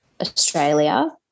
Australia